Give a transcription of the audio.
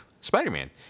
Spider-Man